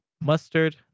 mustard